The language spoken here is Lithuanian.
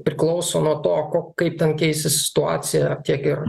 priklauso nuo to ko kaip ten keisis situacija tiek ir